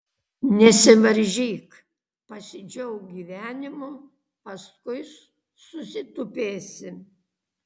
nesivaržyk pasidžiauk gyvenimu paskui susitupėsi